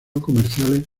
comerciales